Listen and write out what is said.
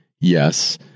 Yes